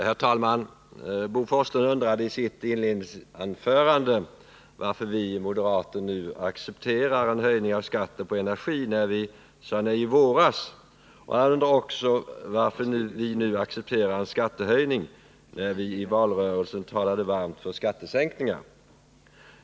Herr talman! Bo Forslund undrade i sitt inledningsanförande varför vi moderater nu accepterar en höjning av skatten på energi, när vi sade nej i våras. Han undrade också varför vi nu accepterar en skattehöjning, när vi i valrörelsen talade varmt för skattesänkningar.